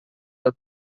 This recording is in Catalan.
del